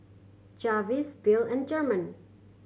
Jarvis Bill and German